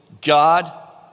God